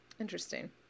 Interesting